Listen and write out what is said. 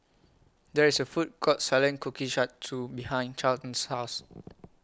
There IS A Food Court Selling Kushikatsu behind Charlton's House